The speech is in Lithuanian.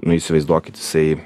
nu įsivaizduokit jisai